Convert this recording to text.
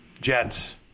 Jets